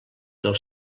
del